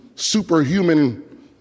superhuman